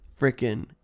freaking